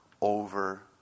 over